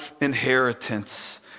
inheritance